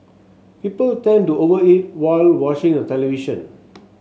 people tend to over eat while watching the television